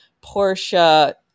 Portia